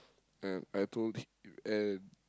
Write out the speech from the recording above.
and I told him and